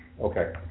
Okay